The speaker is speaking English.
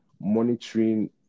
monitoring